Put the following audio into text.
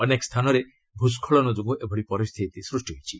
ଅନେକ ସ୍ଥାନରେ ଭୂସ୍କଳନ ଯୋଗୁଁ ଏଭଳି ପରିସ୍ଥିତି ସୃଷ୍ଟି ହୋଇଛି